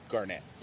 Garnett